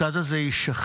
הצד הזה יישחק.